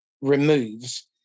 removes